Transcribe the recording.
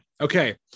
okay